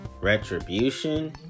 retribution